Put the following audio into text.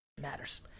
matters